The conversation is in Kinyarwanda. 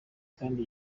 kandi